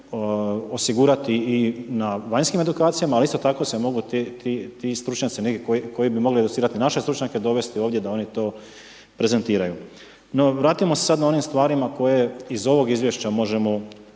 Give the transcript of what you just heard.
osigurati i na vanjskim edukacijama, ali isto tako se mogu ti stručnjaki, neki koji bi mogli educirati naše stručnjake dovesti ovdje da oni to prezentiraju. No, vratimo se sada na onim stvarima koje iz ovog izvješća možemo